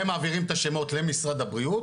הם מעבירים את השמות למשרד הבריאות,